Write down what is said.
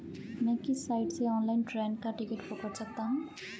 मैं किस साइट से ऑनलाइन ट्रेन का टिकट बुक कर सकता हूँ?